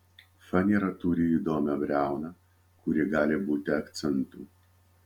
fanera turi įdomią briauną kuri gali būti akcentu